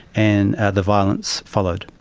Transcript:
and the violence followed.